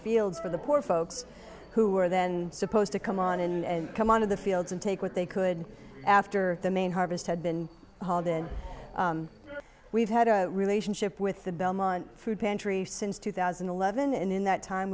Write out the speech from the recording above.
fields for the poor folks who are then supposed to come on and come out of the fields and take what they could after the main harvest had been hauled in we've had a relationship with the belmont food pantry since two thousand and eleven and in that time